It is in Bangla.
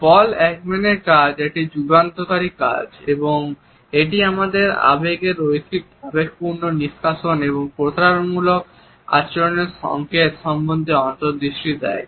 পল একম্যানের কাজ একটি যুগান্তকারী কাজ এবং এটি আমাদের আবেগের রৈখিক আবেগপূর্ণ নিষ্কাশন এবং প্রতারণামূলক আচরণের সংকেত সম্বন্ধে অন্তর্দৃষ্টি দেয়